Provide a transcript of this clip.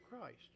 Christ